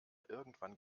irgendwann